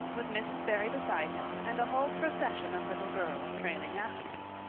with mrs. barry beside him and a whole procession of little girls trailing after him.